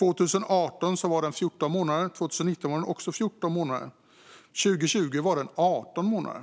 År 2018 var den 14 månader. År 2019 var den också 14 månader, och 2020 var den 18 månader.